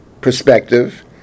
perspective